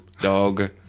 Dog